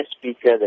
speaker